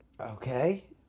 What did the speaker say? Okay